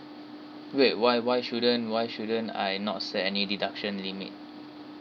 wait why why shouldn't why shouldn't I not set any deduction limit